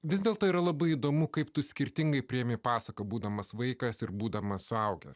vis dėlto yra labai įdomu kaip tu skirtingai priėmė pasaką būdamas vaikas ir būdamas suaugęs